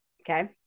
Okay